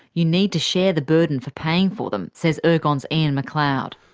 you need to share the burden for paying for them, says ergon's ian mcleod.